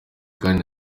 kandi